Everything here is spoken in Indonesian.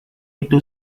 itu